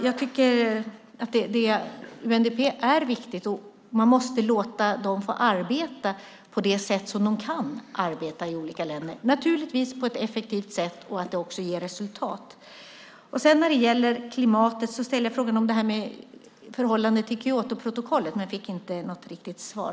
Jag tycker att UNDP är viktigt och att man måste låta dem få arbeta på de sätt som de kan arbeta i olika länder, naturligtvis på ett effektivt sätt som ger resultat. När det gäller klimatet ställde jag frågan om förhållandet till Kyotoprotokollet, men jag fick inte något riktigt svar.